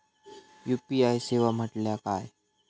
UPI सेवा म्हटल्या काय?